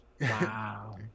Wow